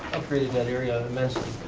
upgraded that area immensely.